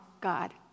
God